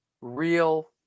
real